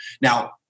Now